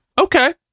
Okay